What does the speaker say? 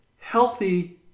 healthy